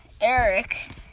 Eric